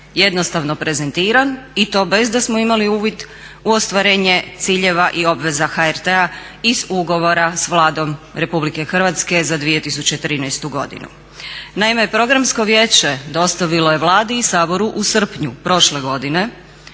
jednostavno prezentiran i to bez da smo imali uvid u ostvarenje ciljeva i obveza HRT-a iz ugovora s Vladom RH za 2013. godinu. Naime, Programsko vijeće dostavilo je Vladi i Saboru u srpnju prošle godine